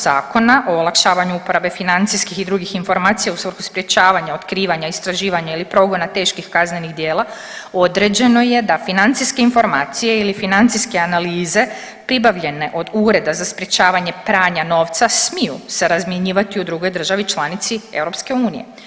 Zakona o olakšavanju uporabe financijskih i drugih informacija u svrhu sprječavanja otkrivanja, istraživanja ili progona teških kaznenih djela određeno je da financijske informacije ili financijske analize pribavljene od Ureda za sprječavanje pranja novca smiju se razmjenjivati u drugoj državi članici EU.